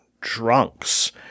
drunks